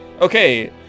Okay